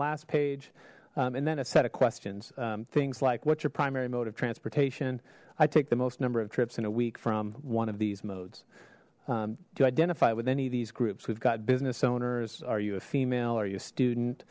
last page and then a set of questions things like what's your primary mode of transportation i take the most number of trips in a week from one of these modes do you identify with any of these groups we've got business owners are you a female or your student